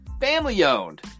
Family-owned